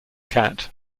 cat